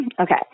Okay